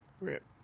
rip